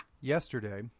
Yesterday –